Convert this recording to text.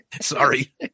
Sorry